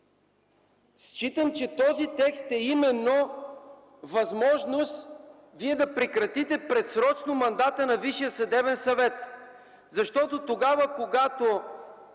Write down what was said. Смятам, че този текст именно е възможност Вие да прекратите предсрочно мандата на